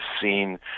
seen